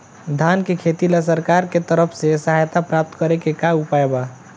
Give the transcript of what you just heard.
धान के खेती ला सरकार के तरफ से सहायता प्राप्त करें के का उपाय बा?